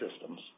systems